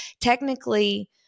technically